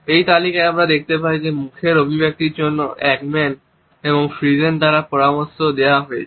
এই তালিকায় আমরা দেখতে পাই যে মুখের অভিব্যক্তির জন্য একম্যান এবং ফ্রিজেন দ্বারা পরামর্শ দেওয়া হয়েছে